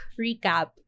recap